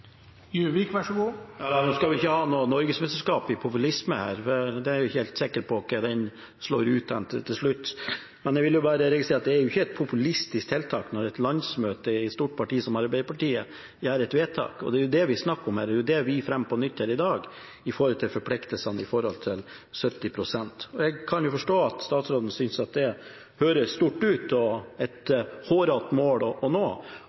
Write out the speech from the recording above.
Nå skal vi ikke ha noe norgesmesterskap i populisme her. Jeg er ikke helt sikker på hvordan det ville ha slått ut til slutt. Men jeg vil bare nevne at det ikke er et populistisk tiltak når et landsmøte i et stort parti som Arbeiderpartiet gjør et vedtak, og det er jo det vi snakker om her i dag. Det er det vi fremmer på nytt her i dag, når det gjelder forpliktelsene, og når det gjelder 70 pst. Jeg kan jo forstå at statsråden synes det høres stort ut og er et hårete mål å nå,